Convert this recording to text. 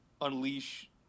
unleash